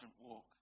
walk